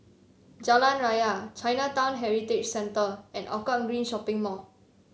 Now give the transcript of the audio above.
Jalan Raya Chinatown Heritage Centre and Hougang Green Shopping Mall